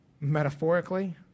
Metaphorically